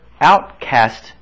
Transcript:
outcast